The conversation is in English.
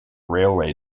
railway